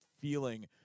feeling